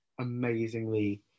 amazingly